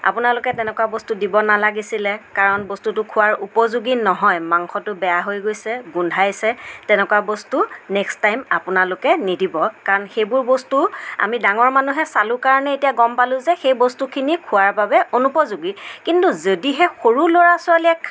আপোনালোকে তেনেকুৱা বস্তু দিব নালাগিছিলে কাৰণ বস্তুটো খুৱাৰ উপযোগী নহয় মাংসটো বেয়া হৈ গৈছে গোন্ধাইছে তেনেকুৱা বস্তু নেক্সট টাইম আপোনালোকে নিদিব কাৰণ সেইবোৰ বস্তু আমি ডাঙৰ মানুহে চালো কাৰণে এতিয়া গম পালোঁ যে সেই বস্তুখিনি খোৱাৰ বাবে অনুপযোগী কিন্তু যদিহে সৰু লৰা ছোৱালীয়ে